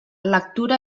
lectura